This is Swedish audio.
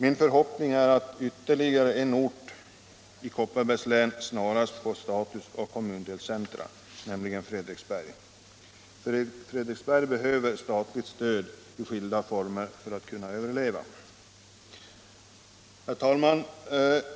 Jag hoppas att ytterligare en ort i Kopparbergs län snarast får status av kommundelscentrum, nämligen Fredriksberg. Fredriksberg behöver statligt stöd i skilda former för att kunna överleva. Herr talman!